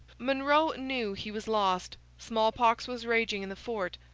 monro knew he was lost. smallpox was raging in the fort.